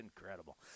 incredible